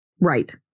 Right